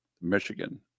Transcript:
michigan